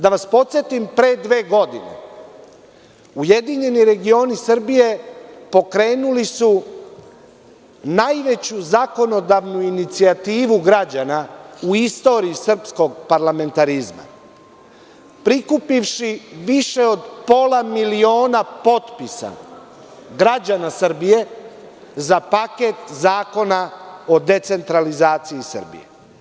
Da vas podsetim, pre dve godine URS su pokrenuli najveću zakonodavnu inicijativu građana u istoriji srpskog parlamentarizma prikupivši više od pola miliona potpisa građana Srbije za paket zakona o decentralizaciji Srbije.